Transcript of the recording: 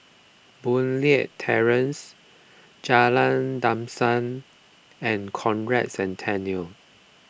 Boon Leat Terrace Jalan Dusun and Conrad Centennial